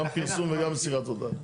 גם פרסום וגם מסירת הודעה.